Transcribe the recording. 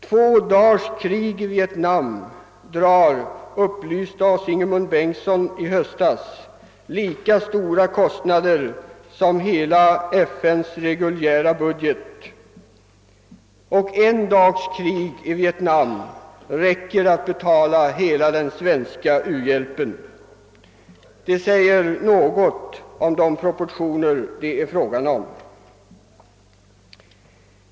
Två dagars krig drar, upplyste oss Ingemund Bengtsson i höstas, lika stora kostnader som hela FN:s reguljära budget, och en dags krig i Vietnam räcker att betala hela den svenska u-hjälpen. Dessa siffror säger något om de proportioner det är frågan om.